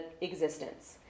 existence